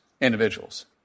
individuals